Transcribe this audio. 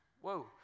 whoa